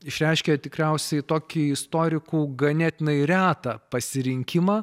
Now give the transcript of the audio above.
išreiškia tikriausiai tokį istorikų ganėtinai retą pasirinkimą